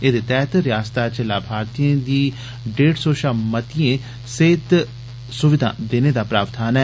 एहदे तैहत रियासत च लाभार्थियें गी ढेड़ सौ शा मतियां सेहत सुवधां देने दा प्रावधान ऐ